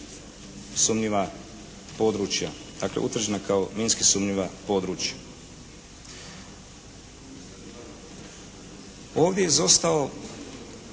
sumnjiva područja.", dakle utvrđena kao minski sumnjiva područja. Ovdje je izostao